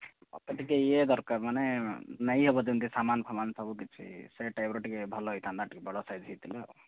ମତେ ଟିକିଏ ଇଏ ଦରକାର ମାନେ ନେଇହେବ ଯେମିତି ସାମାନ ଫାମାନ ସବୁ କିଛି ସେ ଟାଇପ୍ର ଟିକିଏ ଭଲ ହେଇଥାନ୍ତା ଟିକିଏ ବଡ଼ ସାଇଜ୍ ହେଇଥିଲେ ଆଉ